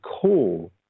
call